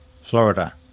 Florida